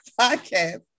podcast